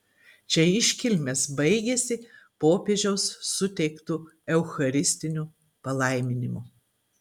čia iškilmės baigėsi popiežiaus suteiktu eucharistiniu palaiminimu